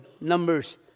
numbers